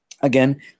Again